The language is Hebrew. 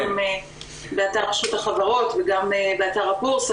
גם באתר רשות החברות וגם באתר הבורסה,